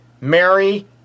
Mary